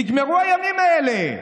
נגמרו הימים האלה.